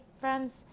friends